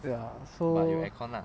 ya so